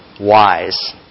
wise